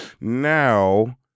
now